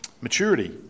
maturity